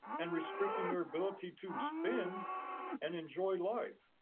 and restricting their ability to spend and enjoy life.